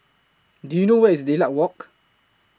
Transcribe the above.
Do YOU know Where IS Lilac Walk